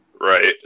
Right